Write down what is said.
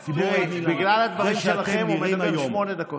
תראה, בגלל הדברים שלכם הוא עומד כאן שמונה דקות.